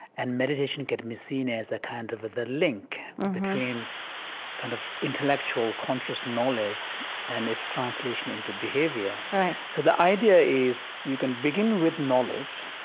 and meditation can be seen as a kind of the link between kind of intellectual conscious knowledge and its translation into behavior right so the idea is you can begin with knowledge,